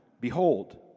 Behold